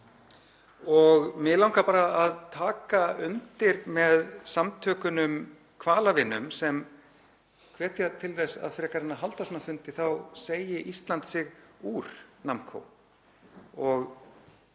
Mig langar bara að taka undir með samtökunum Hvalavinum sem hvetja til að frekar en að halda svona fundi þá segi Ísland sig úr NAMMCO